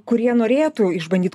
kurie norėtų išbandyt